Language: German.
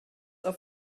auf